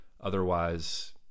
Otherwise